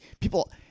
People